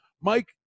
Mike